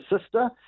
sister